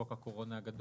חוק הקורונה הגדול.